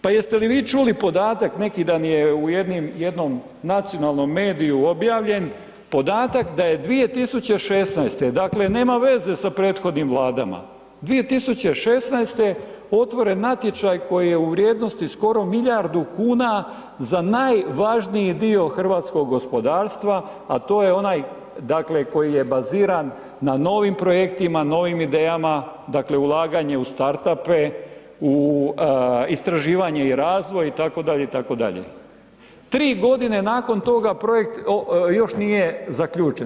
Pa jeste li vi čuli podatak, neki dan je u jednom nacionalnom mediju objavljen podatak da je 2016. dakle, nema veze sa prethodnim Vladama, 2016. otvoren natječaj koji je u vrijednosti skoro milijardu kuna za najvažniji dio hrvatskog gospodarstva, a to je onaj, dakle koji je baziran na novim projektima, na novim idejama, dakle ulaganje u start-up-e, u istraživanje i razvoj, itd., itd. 3 godine nakon toga projekt još nije zaključen.